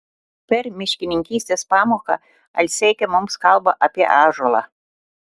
per miškininkystės pamoką alseika mums kalba apie ąžuolą